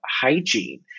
hygiene